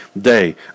day